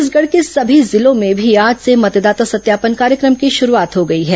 छत्तीसगढ़ के समी जिलों में भी आज से मतदाता सत्यापन कार्यक्रम की शुरूआत हो गई है